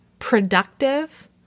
productive